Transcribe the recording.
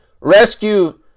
Rescue